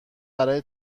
برای